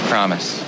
Promise